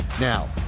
now